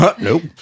Nope